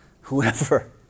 whoever